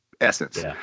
essence